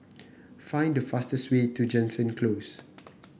find the fastest way to Jansen Close